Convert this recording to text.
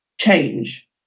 change